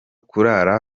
kurara